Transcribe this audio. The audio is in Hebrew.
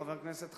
חבר הכנסת חנין,